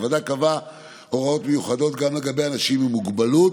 הוועדה קבעה הוראות מיוחדות גם לגבי אנשים עם מוגבלות